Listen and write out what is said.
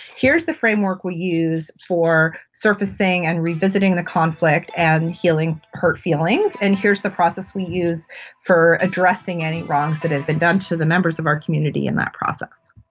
here's the framework we use for servicing and revisiting the conflict and healing hurt feelings, and here's the process we use for addressing any wrongs that have been done to the members of our community in that process.